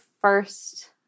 first